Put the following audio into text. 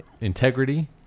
integrity